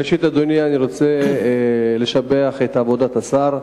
ראשית, אדוני, אני רוצה לשבח את עבודת השר,